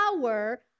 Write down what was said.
power